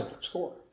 score